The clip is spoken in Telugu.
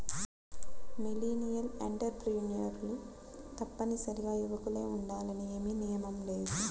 మిలీనియల్ ఎంటర్ప్రెన్యూర్లు తప్పనిసరిగా యువకులే ఉండాలని ఏమీ నియమం లేదు